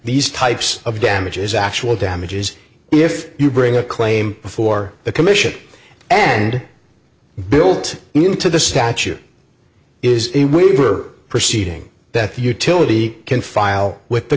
these types of damages actual damages if you bring a claim before the commission and built into the statute is a weaver proceeding that the utility can file with the